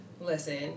listen